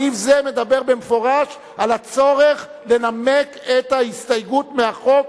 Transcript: סעיף זה מדבר במפורש על הצורך לנמק את ההסתייגות מהחוק,